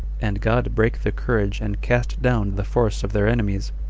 and god brake the courage and cast down the force of their enemies,